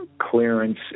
clearance